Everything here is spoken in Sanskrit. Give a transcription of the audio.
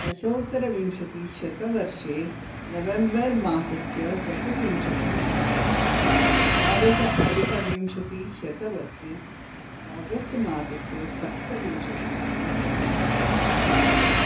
दशोत्तरविंशतिशतवर्षे नवेम्बर् मासस्य चतुर्विंशतिः दिनाङ्कः द्वादश अधिकविंशतिशतवर्षे आगस्ट् मासस्य सप्तविंशतितमः दिनाङ्कः